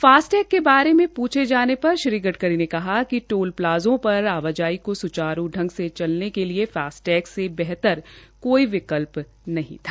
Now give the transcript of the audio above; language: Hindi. फास्टैग के बारे में पूछे जाने पर श्री गड़करी ने कहा कि टोल प्लाज़ा पर आवाजाई को स्चारू बनाने के लिए फास्टैग से बेहतर कोई विकल्प नहीं है